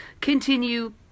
continue